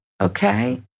okay